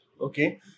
Okay